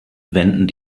wenden